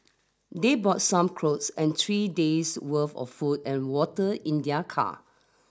they bought some clothes and three days' worth of food and water in their car